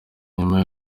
nyuma